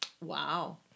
Wow